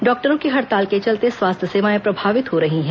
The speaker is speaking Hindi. डॉक्टरों की हड़ताल के चलते स्वास्थ्य सेवाएं प्रभावित हो रही है